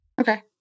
Okay